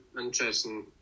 interesting